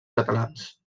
catalans